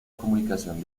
comunicación